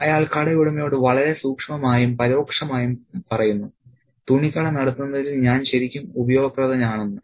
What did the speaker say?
അയാൾ കടയുടമയോട് വളരെ സൂക്ഷ്മമായും പരോക്ഷമായും പറയുന്നു തുണിക്കട നടത്തുന്നതിൽ താൻ ശരിക്കും ഉപയോഗപ്രദനാണെന്ന്